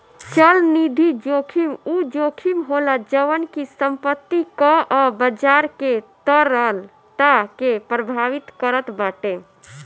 चलनिधि जोखिम उ जोखिम होला जवन की संपत्ति कअ बाजार के तरलता के प्रभावित करत बाटे